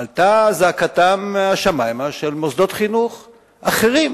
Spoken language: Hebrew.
עלתה זעקתם השמיימה של מוסדות חינוך אחרים,